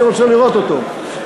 אני רוצה לראות אותו.